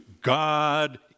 God